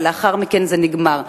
אבל לאחר מכן זה נגמר.